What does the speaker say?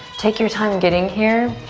take your time getting here.